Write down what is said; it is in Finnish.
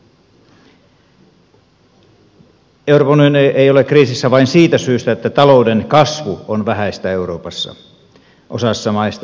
euroopan unioni ei ole kriisissä vain siitä syystä että talouden kasvu on vähäistä euroopassa osassa maista on jo taantuma